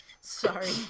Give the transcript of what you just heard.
Sorry